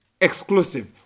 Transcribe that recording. exclusive